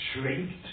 shrinks